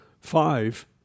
five